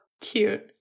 Cute